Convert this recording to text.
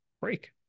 break